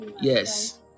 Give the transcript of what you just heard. Yes